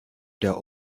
der